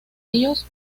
ellos